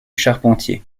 charpentier